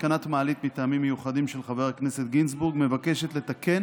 התקנת מעלית מטעמים מיוחדים) של חבר הכנסת גינזבורג מבקשת לתקן